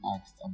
asked